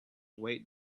wait